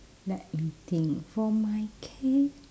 let me think for my case